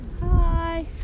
Hi